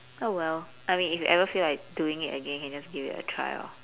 oh well I mean if you ever feel like doing it again you can just give it a try lor